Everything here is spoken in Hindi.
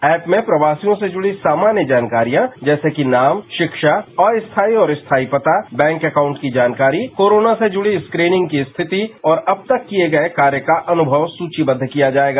ऐप में प्रवासियों से जुड़ी सामान्य जानकारियां जैसे कि नाम शिक्षा अस्थाई और स्थाई पता बैंक अकाउंट की जानकारी कोरोना से जुड़ी स्क्रीनिंग की स्थिति और अब तक किए गए कार्य का अनुभव सूचीबद्ध किया जाएगा